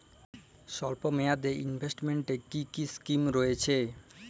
স্বল্পমেয়াদে এ ইনভেস্টমেন্ট কি কী স্কীম রয়েছে?